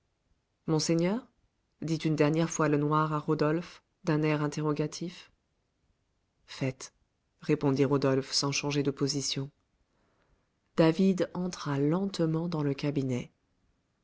monseigneur dit une dernière fois le noir à rodolphe d'un air interrogatif faites répondit rodolphe sans changer de position david entra lentement dans le cabinet